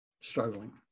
struggling